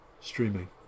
streaming